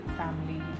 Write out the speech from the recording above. family